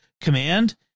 command